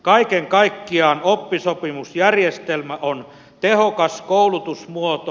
kaiken kaikkiaan oppisopimusjärjestelmä on tehokas koulutusmuoto